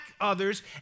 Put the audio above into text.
others